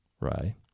right